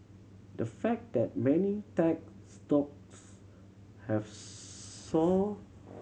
the fact that many tech stocks have soared